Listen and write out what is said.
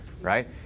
right